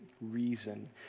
reason